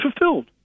fulfilled